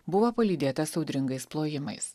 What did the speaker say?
buvo palydėtas audringais plojimais